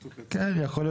למה?